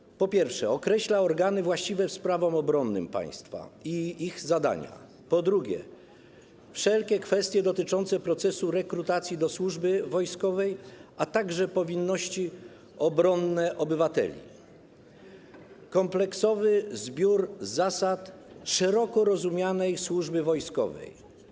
Określa, po pierwsze, organy właściwe sprawom obronnym państwa i ich zadania, po drugie, wszelkie kwestie dotyczące procesu rekrutacji do służby wojskowej, a także powinności obronne obywateli, kompleksowy zbiór zasad szeroko rozumianej służby wojskowej.